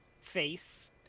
face